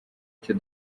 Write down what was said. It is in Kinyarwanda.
icyo